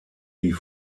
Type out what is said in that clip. die